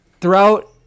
throughout